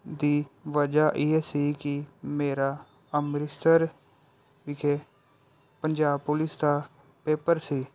ਦੀ ਵਜ੍ਹਾ ਇਹ ਸੀ ਕਿ ਮੇਰਾ ਅੰਮ੍ਰਿਤਸਰ ਵਿਖੇ ਪੰਜਾਬ ਪੁਲਿਸ ਦਾ ਪੇਪਰ ਸੀ